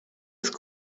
ist